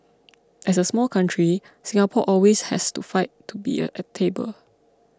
as a small country Singapore always has to fight to be at the table